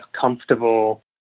comfortable